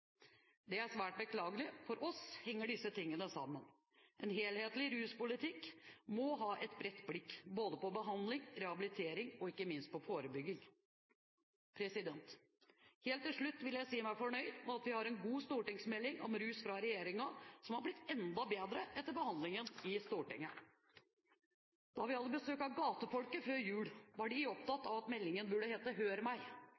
Det er svært beklagelig. For oss henger disse tingene sammen. En helhetlig ruspolitikk må ha et bredt blikk, både på behandling, rehabilitering og ikke minst på forebygging. Helt til slutt vil jeg si meg fornøyd med at vi har en god stortingsmelding om rus fra regjeringen, som har blitt enda bedre etter behandlingen i Stortinget. Da vi hadde besøk av gatefolket før jul, var de